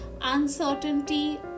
uncertainty